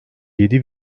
yedi